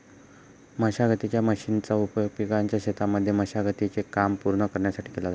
मशागतीच्या मशीनचा उपयोग पिकाच्या शेतांमध्ये मशागती चे काम पूर्ण करण्यासाठी केला जातो